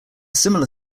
similar